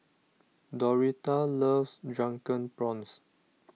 Doretha loves Drunken Prawns